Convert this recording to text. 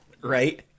right